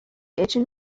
itchen